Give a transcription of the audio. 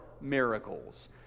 miracles